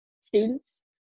students